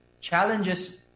challenges